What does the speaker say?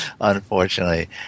unfortunately